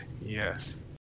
Yes